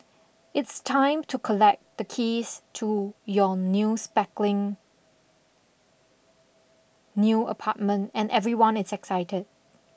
it's time to collect the keys to your new spackling new apartment and everyone is excited